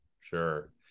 Sure